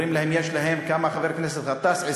אומרים להם, יש להם כמה, חבר הכנסת גטאס?